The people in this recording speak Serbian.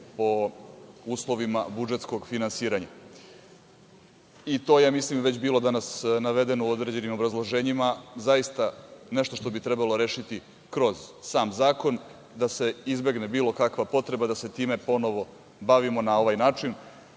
po uslovima budžetskog finansiranja. To je već bilo danas navedeno u određenim obrazloženjima, zaista, nešto što bi trebalo rešiti kroz sam zakon, da se izbegne bilo kakva potreba da se time ponovo bavimo na ovaj način.